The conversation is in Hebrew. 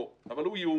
לא, אבל הוא איום.